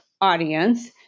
audience